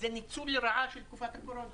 זה ניצול לרעה של תקופת הקורונה.